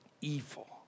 evil